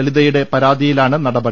ലളിതയുടെ പരാതിയിലാണ് നടപടി